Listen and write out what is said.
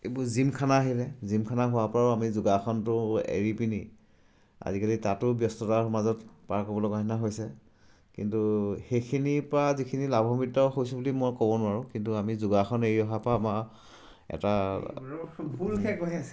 এইবোৰ জিমখানা আহিলে জিমখানা হোৱাৰপৰাও আমি যোগাসনটো এৰি পিনি আজিকালি তাতো ব্যস্ততাৰ সমাজত পাৰ কৰিবলগা নিচিনা হৈছে কিন্তু সেইখিনিৰপৰা যিখিনি লাভম্বিত হৈছে বুলি মই ক'ব নোৱাৰোঁ কিন্তু আমি যোগাসন এৰি অহাৰপৰা আমাৰ এটা